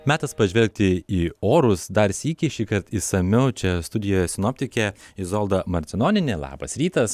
metas pažvelgti į orus dar sykį šįkart išsamiau čia studijoje sinoptikė izolda marcinonienė labas rytas